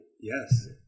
Yes